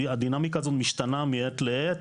הדינאמיקה הזו משתנה מעת לעת